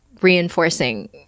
reinforcing